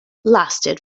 lasted